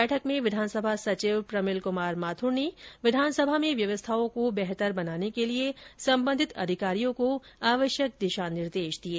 बैठक में विधानसभा सचिव प्रमिल कुमार माथुर ने विधानसभा में व्यवस्थाओं को बेहतर बनाने के लिये संबंधित अधिकारियों को निर्देश दिये